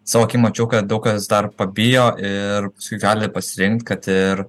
savo akim mačiau kad daug kas dar pabijo ir gali pasirinkt kad ir